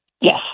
yes